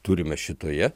turime šitoje